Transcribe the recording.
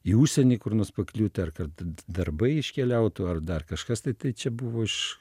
į užsienį kur nors pakliūti ar kad darbai iškeliautų ar dar kažkas tai tai čia buvo iš